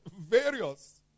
Various